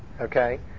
okay